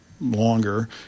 longer